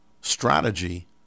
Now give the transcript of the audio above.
strategy